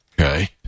Okay